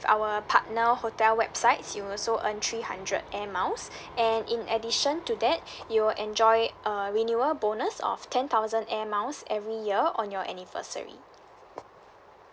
our partner hotel websites you'll also earn three hundred air miles and in addition to that you will enjoy a renewal bonus of ten thousand air miles every year on your anniversary